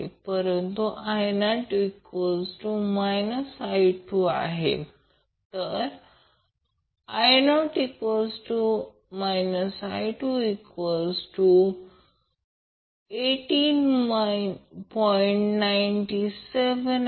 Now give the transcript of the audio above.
परंतु I0 I2 I0 I218